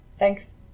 Thanks